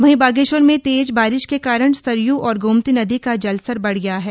वहीं बागेश्वर में तेज बारिश के कारण सरयू और गोमती नदी का जलस्तर बढ़ गया है